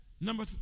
Number